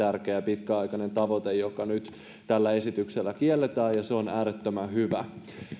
äärettömän tärkeä ja pitkäaikainen tavoite joka nyt tällä esityksellä kielletään ja se on äärettömän hyvä asia